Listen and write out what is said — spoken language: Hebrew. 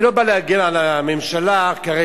אני לא בא להגן על הממשלה כרגע,